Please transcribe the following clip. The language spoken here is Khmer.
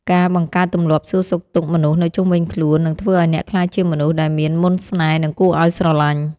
ការបង្កើតទម្លាប់សួរសុខទុក្ខមនុស្សនៅជុំវិញខ្លួននឹងធ្វើឱ្យអ្នកក្លាយជាមនុស្សដែលមានមន្តស្នេហ៍និងគួរឱ្យស្រឡាញ់។